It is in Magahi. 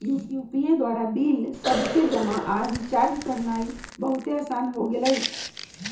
यू.पी.आई द्वारा बिल सभके जमा आऽ रिचार्ज करनाइ बहुते असान हो गेल हइ